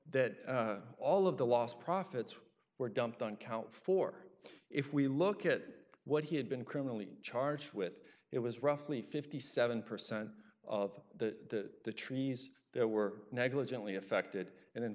that all of the lost profits were dumped on count four if we look at it what he had been criminally charged with it was roughly fifty seven percent of the the trees that were negligently affected and then